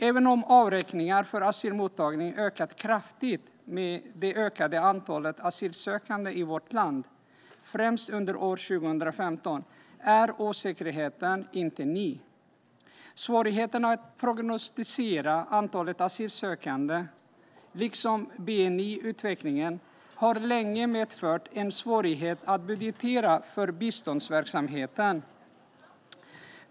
Även om avräkningar för asylmottagning ökat kraftigt med det ökade antalet asylsökande i vårt land, främst under år 2015, är osäkerheten inte ny. Svårigheten att prognostisera antalet asylsökande liksom bni-utvecklingen har länge medfört en svårighet att budgetera för biståndsverksamheten.